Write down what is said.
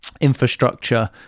infrastructure